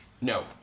No